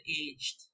aged